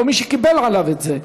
או מי שקיבל עליו את זה,